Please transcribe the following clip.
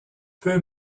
peu